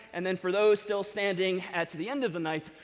and then for those still standing at the end of the night,